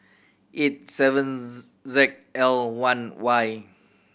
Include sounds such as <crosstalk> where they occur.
eight seven <unintelligible> Z L one Y